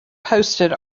posted